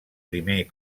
primer